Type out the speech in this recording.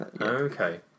Okay